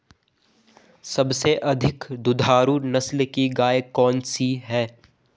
सबसे अधिक दुधारू नस्ल की गाय कौन सी है?